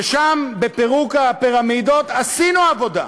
שם בפירוק הפירמידות עשינו עבודה.